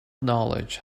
knowledge